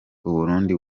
uburundi